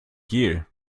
gel